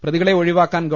പ്രതികളെ ഒഴിവാക്കാൻ ഗവ